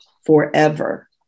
forever